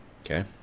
Okay